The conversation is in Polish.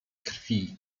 krwi